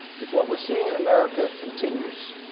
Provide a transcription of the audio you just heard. if what we're seeing in america continues,